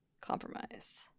compromise